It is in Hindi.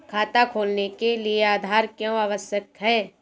खाता खोलने के लिए आधार क्यो आवश्यक है?